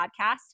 podcast